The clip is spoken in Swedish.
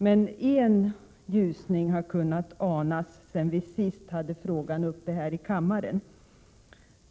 Men en ljusning har kunnat anas sedan vi senast hade frågan uppe här i kammaren.